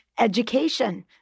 education